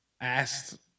asked